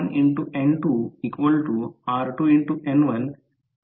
तर रोटर प्रत्यक्षात स्टेटर पासून थोड्याशा हवेने 0